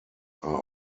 are